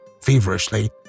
feverishly